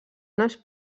unes